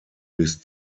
bis